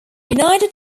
united